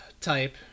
type